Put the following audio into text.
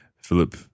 Philip